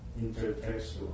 intertextual